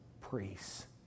priests